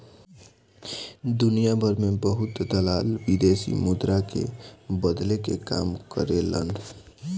दुनियाभर में बहुत दलाल विदेशी मुद्रा के बदले के काम करेलन